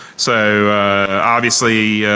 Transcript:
so obviously,